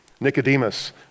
nicodemus